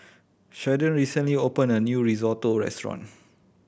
Sheldon recently opened a new Risotto Restaurant